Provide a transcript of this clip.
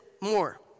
more